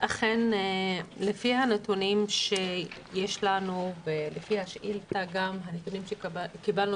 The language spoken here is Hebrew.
לפי הנתונים שיש לנו ולפי הנתונים שקיבלנו